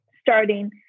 starting